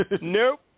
Nope